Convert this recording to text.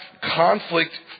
conflict